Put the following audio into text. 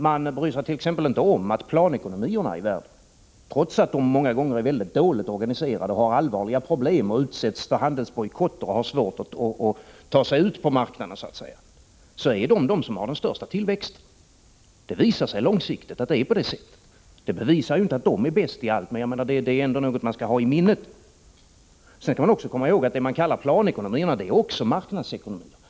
Man bryr sig t.ex. inte om att planekonomierna i världen, trots att de många gånger är mycket dåligt organiserade, har allvarliga problem, utsätts för handelsbojkotter och har svårt att ta sig ut på marknaden, är de ekonomier som har den största tillväxten. Det visar sig långsiktigt att det förhåller sig på det sättet. Detta bevisar ju inte att de är bäst i allt, men det är ändå något man bör hålla i minnet. Man skall också komma ihåg att även det man kallar planekonomier är marknadsekonomier.